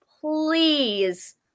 please